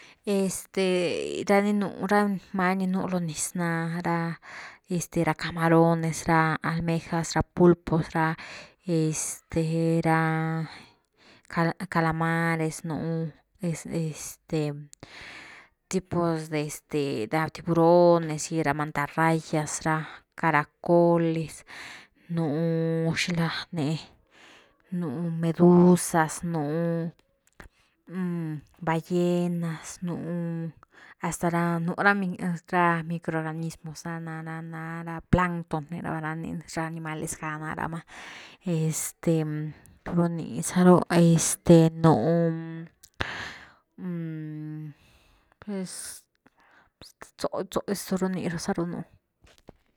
Este ra ni nú, ra many ni nú lo niz, ná ra este ra camarones, ra almejas, ra pulpos, ra, este ra cala-calamares nú, este tipos de este tiburones gy ra mantarrayas ra caracoles, nú xilani nú medusas, nú ballenas, nú hasta ra nú ra mi microorganismos ah ni na-na ra planton rni raba ni na ra animales ga ná rama este turu ní za’ru, nú zó zóh dis tu ra ní za ru nú.